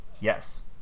yes